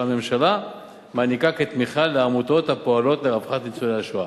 הממשלה מעניקה כתמיכה לעמותות הפועלות לרווחת ניצולי השואה.